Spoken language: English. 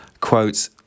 Quote